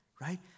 Right